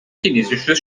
chinesisches